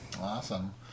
Awesome